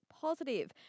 positive